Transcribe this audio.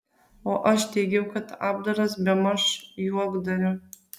o aš teigiau kad apdaras bemaž juokdario